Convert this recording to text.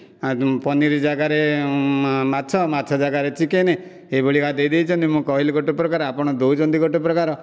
ଆଉ ପନିର ଜାଗାରେ ମାଛ ମାଛ ଜାଗାରେ ଚିକେନ ଏ ଭଳିଆ ଦେଇଦେଇଛନ୍ତି ମୁଁ କହିଲି ଗୋଟେ ପ୍ରକାର ଆପଣ ଦେଉଛନ୍ତି ଗୋଟେ ପ୍ରକାର